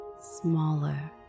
smaller